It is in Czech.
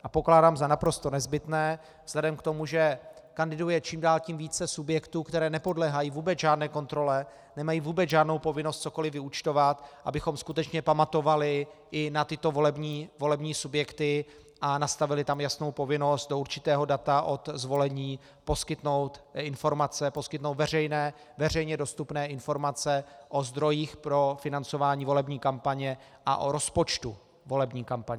A pokládám za naprosto nezbytné vzhledem k tomu, že kandiduje čím dál tím více subjektů, které nepodléhají vůbec žádné kontrole, nemají vůbec žádnou povinnost cokoliv vyúčtovat, abychom skutečně pamatovali i na tyto volební subjekty a nastavili tam jasnou povinnost do určitého data od zvolení poskytnout informace, poskytnout veřejně dostupné informace o zdrojích pro financování volební kampaně a o rozpočtu volební kampaně.